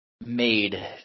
made